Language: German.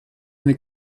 eine